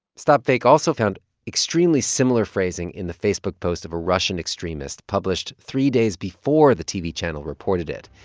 stopfake also found extremely similar phrasing in the facebook post of a russian extremist published three days before the tv channel reported it.